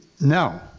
No